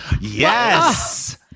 Yes